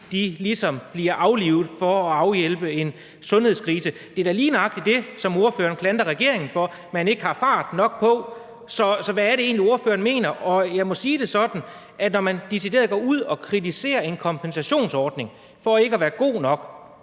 ligesom bliver aflivet for at afhjælpe en sundhedskrise. Det er da lige nøjagtig det, som ordføreren klandrer regeringen for, altså at man ikke har fart nok på. Så hvad er det egentlig, ordføreren mener? Jeg må sige det sådan, at når man fra Venstres side decideret går ud og kritiserer en kompensationsordning for ikke at være god nok,